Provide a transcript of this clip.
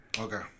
Okay